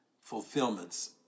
fulfillments